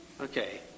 Okay